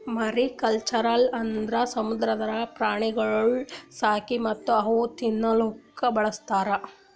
mariculture ಅಂದುರ್ ಸಮುದ್ರದ ಪ್ರಾಣಿಗೊಳ್ ಸಾಕಿ ಮತ್ತ್ ಅವುಕ್ ತಿನ್ನಲೂಕ್ ಬಳಸ್ತಾರ್